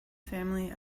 family